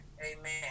Amen